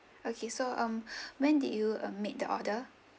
okay so um when did you um made the order